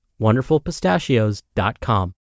wonderfulpistachios.com